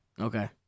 Okay